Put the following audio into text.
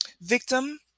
victim